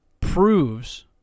proves